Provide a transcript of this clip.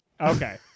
okay